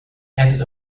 added